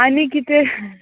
आनी कितें